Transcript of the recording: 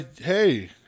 hey